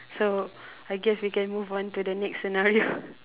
so I guess we can move on to the next scenario